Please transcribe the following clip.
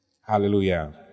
Hallelujah